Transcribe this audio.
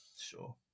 Sure